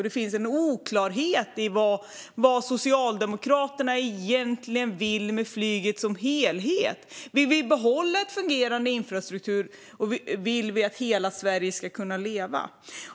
Det finns en oklarhet i vad Socialdemokraterna egentligen vill med flyget som helhet. Vill man behålla en fungerande infrastruktur, och vill man att hela Sverige ska kunna leva?